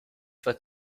what